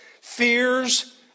fears